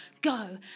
go